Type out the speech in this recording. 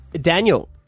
Daniel